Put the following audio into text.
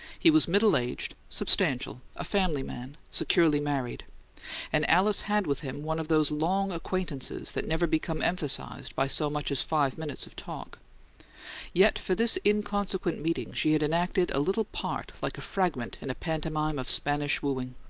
he was middle-aged, substantial, a family man, securely married and alice had with him one of those long acquaintances that never become emphasized by so much as five minutes of talk yet for this inconsequent meeting she had enacted a little part like a fragment in a pantomime of spanish wooing.